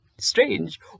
strange